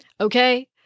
okay